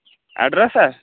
address ہہ